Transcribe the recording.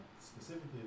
specifically